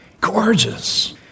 gorgeous